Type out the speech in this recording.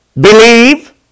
believe